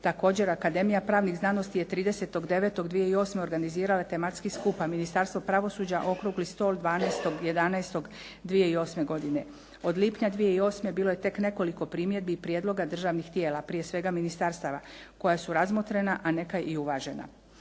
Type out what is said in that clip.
Također Akademija pravnih znanosti je 30.9.2008. organizirala tematski skup, a Ministarstvo pravosuđa okrugli stol 12.11.2008. godine. Od lipnja 2008. bilo je tek nekoliko primjedbi i prijedloga državnih tijela prije svega ministarstava koja su razmotrena a neka i uvažena.